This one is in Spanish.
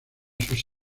sus